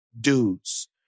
dudes